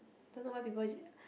don't know why people ju~